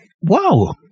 Wow